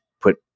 put